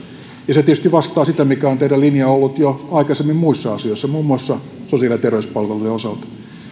ja se tietysti vastaa sitä mikä on teidän linjanne ollut jo aikaisemmin muissa asioissa muun muassa sosiaali ja terveyspalvelujen osalta